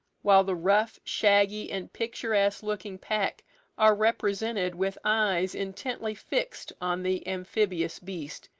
while the rough, shaggy, and picturesque-looking pack are represented with eyes intently fixed on the amphibious beast,